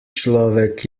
človek